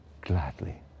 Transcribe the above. gladly